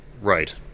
Right